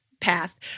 path